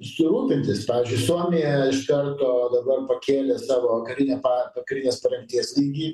su rūpintis pavyzdžiui suomija iš karto dabar pakėlė savo karinę pa karinės parengties lygį